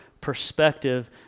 perspective